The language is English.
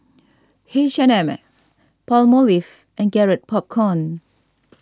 H and M Palmolive and Garrett Popcorn